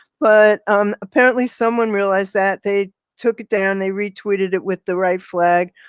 but um apparently someone realized that they took it down. they retweeted it with the right flag.